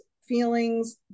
feelings